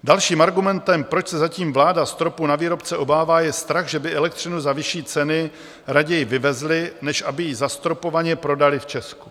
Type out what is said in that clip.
Dalším argumentem, proč se zatím vláda stropu na výrobce obává, je strach, že by elektřinu za vyšší ceny raději vyvezli, než aby ji zastropovaně prodali v Česku.